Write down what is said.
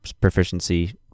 proficiency